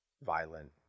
violent